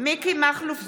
מיקי מכלוף זוהר,